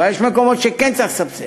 אבל יש מקומות שכן צריך לסבסד.